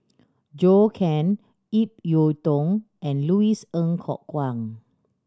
Zhou Can Ip Yiu Tung and Louis Ng Kok Kwang